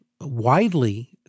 widely